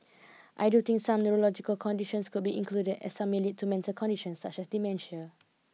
I do think some neurological conditions could be included as some may lead to mental conditions such as dementia